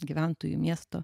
gyventojų miesto